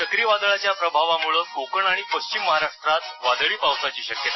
चक्रीवादळाच्या प्रभावामुळे कोकण आणि पश्चिम महाराष्ट्रात वादळी पावसाची शक्यता